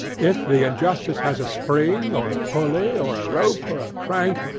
if the injustice has a spring, or a pulley, or a rope, or a crank,